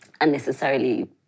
unnecessarily